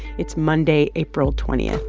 it's monday, april twenty